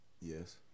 Yes